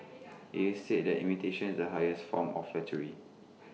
IT is said that imitation is the highest form of flattery